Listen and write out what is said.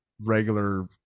regular